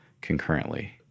concurrently